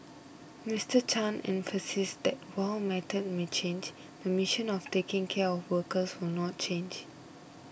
Mister Chan emphasised that while methods may change the mission of taking care of workers will not change